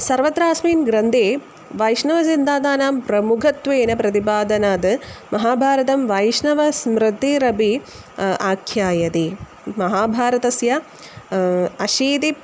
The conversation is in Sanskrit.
सर्वत्रास्मिन् ग्रन्थे वैष्णवसिद्धान्तानां प्रमुखत्वेन प्रतिपादनात् महाभारतं वैष्णवस्मृतिरपि आख्यायते महाभारतस्य अशीतिः